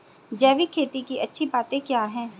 जैविक खेती की अच्छी बातें क्या हैं?